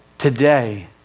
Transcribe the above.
Today